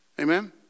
Amen